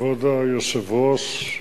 כבוד היושב-ראש,